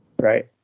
Right